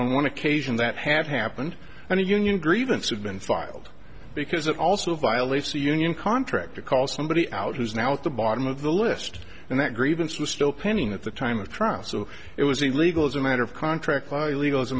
one occasion that have happened and a union grievance had been filed because it also violates the union contract to call somebody out who's now at the bottom of the list and that grievance was still pending at the time of trial so it was illegal as a matter of contract law illegal as a